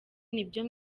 nibyo